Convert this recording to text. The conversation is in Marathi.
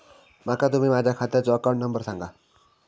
माका तुम्ही माझ्या खात्याचो अकाउंट नंबर सांगा?